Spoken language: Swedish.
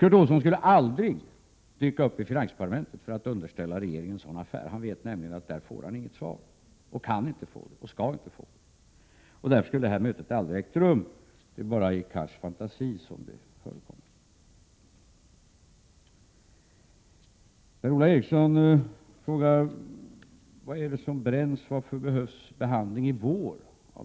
Curt Olsson skulle aldrig dyka upp i finansdepartementet för att underställa regeringen en sådan affär. Han vet nämligen att där får han inget svar, han kan inte få det och skall inte få det. Därför skulle det här mötet aldrig ha ägt rum, annat än i herr Cars fantasi. Per-Ola Eriksson frågar: Vad är det som bränns? Varför behöver affären behandlas i vår?